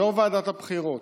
יושב-ראש ועדת הבחירות,